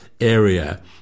area